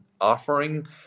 offering